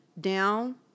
down